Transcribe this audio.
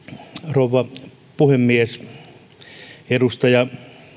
rouva puhemies edustaja